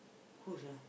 water